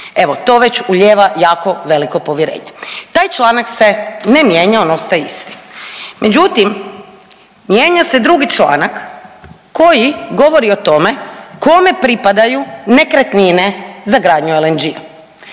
Evo, to već ulijeva jako veliko povjerenje. Taj članak se ne mijenja, on ostaje isti. Međutim, mijenja se drugi članak koji govori o tome kome pripadaju nekretnine za gradnju LNG-a.